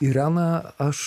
irena aš